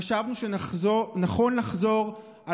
חשבנו שנכון לחזור על